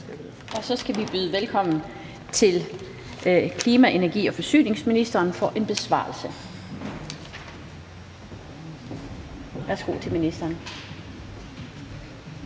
af, inden vi byder velkommen til klima-, energi- og forsyningsministeren for en besvarelse. Værsgo til ministeren.